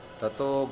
Tato